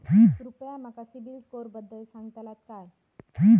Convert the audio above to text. कृपया माका सिबिल स्कोअरबद्दल सांगताल का?